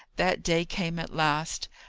that day came at last.